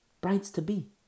Brides-to-be